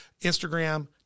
Instagram